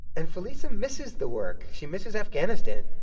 and felisa misses the work. she misses afghanistan,